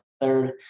third